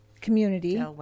community